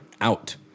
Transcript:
out